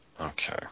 Okay